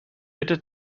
bitte